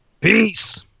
Peace